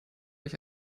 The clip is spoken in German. euch